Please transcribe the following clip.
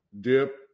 dip